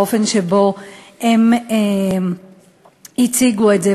האופן שבו הם הציגו את זה.